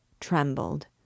trembled